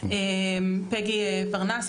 פגי פרנס,